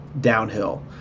downhill